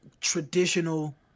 traditional